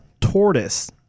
tortoise